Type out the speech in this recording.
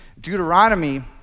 Deuteronomy